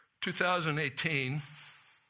2018